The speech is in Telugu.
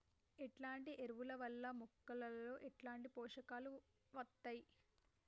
ఎట్లాంటి ఎరువుల వల్ల మొక్కలలో ఎట్లాంటి పోషకాలు వత్తయ్?